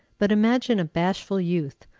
but imagine a bashful youth,